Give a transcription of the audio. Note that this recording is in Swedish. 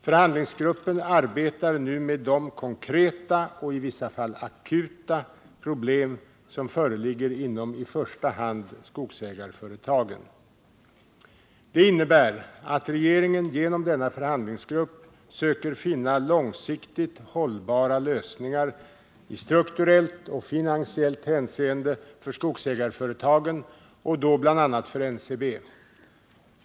Förhandlingsgruppen arbetar nu med de konkreta och i vissa fall akuta problem som föreligger inom i första hand skogsägarföretagen. Detta innebär att regeringen genom denna förhandlingsgrupp söker finna långsiktigt hållbara lösningar i strukturellt och finansiellt hänseende för skogsägarföretagen och då bl.a. för NCB.